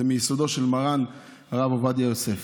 היא מייסודו של מרן הרב עובדיה יוסף,